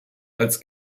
als